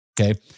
Okay